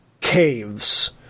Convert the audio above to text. caves